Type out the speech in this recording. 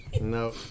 No